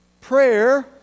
Prayer